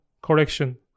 correction